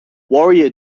warrior